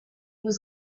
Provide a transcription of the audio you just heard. was